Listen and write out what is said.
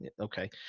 okay